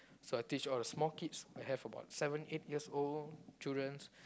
so I teach all the small kids I have about seven eight years old childrens